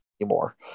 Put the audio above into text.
anymore